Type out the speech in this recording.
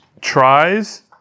tries